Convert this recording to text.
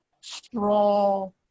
straw